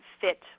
fit